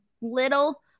little